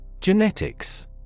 Genetics